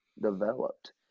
developed